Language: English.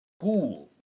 school